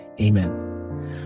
Amen